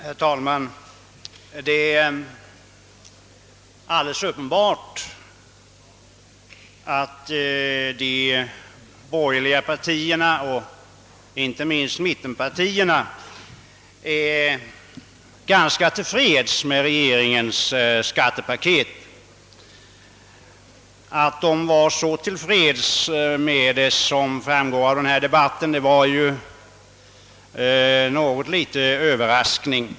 Herr talman! Det är alldeles uppenbart att de borgerliga partierna och inte minst mittenpartierna är ganska till freds med regeringens skattepaket. "Men att de skulle vara så till freds som framgår av denna debatt var något litet av en överraskning.